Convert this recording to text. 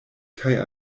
kaj